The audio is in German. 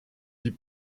die